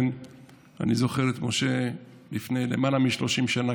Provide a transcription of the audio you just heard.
אני זוכר את משה לפני למעלה מ-30 שנה,